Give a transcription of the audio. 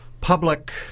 public